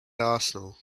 arsenal